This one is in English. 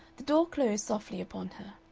the door closed softly upon her.